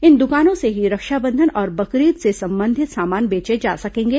इन दुकानों से ही रक्षाबंधन और बकरीद से संबंधित सामान बेचे जा सकेंगे